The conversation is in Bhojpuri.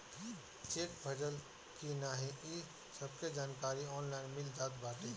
चेक भजल की नाही इ सबके जानकारी ऑनलाइन मिल जात बाटे